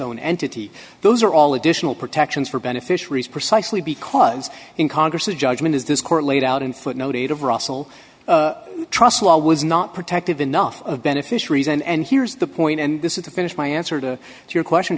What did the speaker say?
own entity those are all additional protections for beneficiaries precisely because in congress the judgment is this court laid out in footnote eight of russell trust law was not protective enough of beneficiaries and here's the point and this is the finish my answer to your question